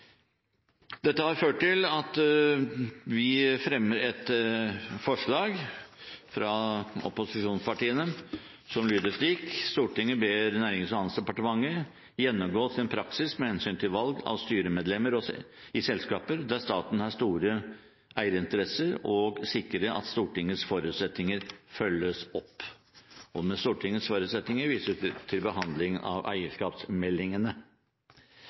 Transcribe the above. Dette har ført til at vi fremmer et forslag fra opposisjonspartiene som lyder slik: «Stortinget ber Nærings- og handelsdepartementet gjennomgå sin praksis med hensyn til valg av styremedlemmer i selskaper der staten har store eierinteresser, og sikre at Stortingets forutsetninger følges opp.» Med «Stortingets forutsetninger» vises det til behandlingen av eierskapsmeldingene.